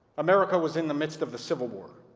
america was in the midst of the civil war.